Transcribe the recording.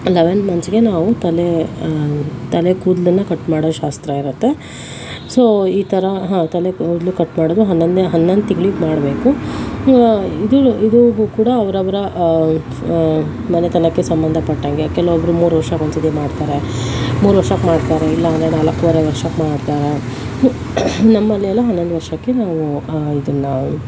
eleven ಮಂತ್ಸ್ಗೆ ನಾವು ತಲೆ ತಲೆ ಕೂದಲನ್ನು ಕಟ್ ಮಾಡೋ ಶಾಸ್ತ್ರ ಇರುತ್ತೆ ಸೊ ಈ ಥರ ಹಾ ತಲೆ ಕೂದಲು ಕಟ್ ಮಾಡೋದು ಹನ್ನೊಂದನೇ ಹನ್ನೊಂದು ತಿಂಗಳಿಗೆ ಮಾಡ್ಬೇಕು ಇದೂ ಇದೂ ಕೂಡ ಅವರವರ ಮನೆತನಕ್ಕೆ ಸಂಬಂಧಪಟ್ಟಂಗೆ ಕೆಲವೊಬ್ಬರು ಮೂರು ವರ್ಷಕ್ಕೊಂಡು ಸರ್ತಿ ಮಾಡ್ತಾರೆ ಮೂರು ವರ್ಷಕ್ಕೆ ಮಾಡ್ತಾರೆ ಇಲ್ಲಾಂದ್ರೆ ನಾಲ್ಕುವರೆ ವರ್ಷಕ್ಕೆ ಮಾಡ್ತಾರೆ ನಮ್ಮಲ್ಲೆಲ್ಲ ಹನ್ನೊಂದು ವರ್ಷಕ್ಕೆ ನಾವು ಇದನ್ನು